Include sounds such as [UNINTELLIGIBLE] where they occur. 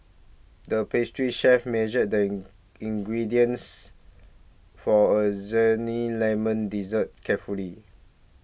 the pastry chef measured the in ingredients for a [UNINTELLIGIBLE] Lemon Dessert carefully